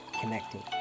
connecting